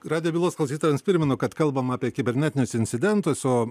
radijo bylos klausytojams primenu kad kalbam apie kibernetinius incidentus o